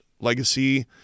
legacy